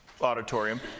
Auditorium